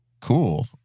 cool